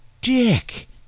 dick